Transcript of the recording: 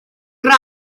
grac